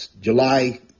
July